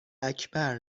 اکبر